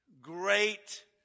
great